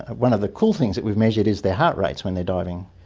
one of the cool things that we've measured is their heart rates when they're diving,